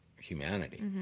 Humanity